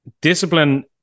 discipline